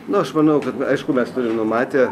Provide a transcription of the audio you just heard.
nu aš manau kad aišku mes turim numatę